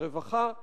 הרווחה.